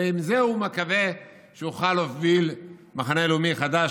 ועם זה הוא מקווה שהוא יוכל להוביל מחנה לאומי חדש,